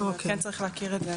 זאת אומרת, כן צריך להכיר את זה.